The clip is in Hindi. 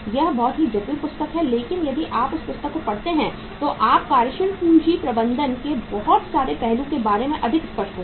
यह बहुत ही जटिल पुस्तक है लेकिन यदि आप उस पुस्तक को पढ़ते हैं तो आप कार्यशील पूंजी प्रबंधन के बहुत सारे पहलू के बारे में अधिक स्पष्ट होंगे